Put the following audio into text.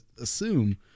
assume